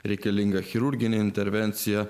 reikalinga chirurginė intervencija